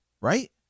right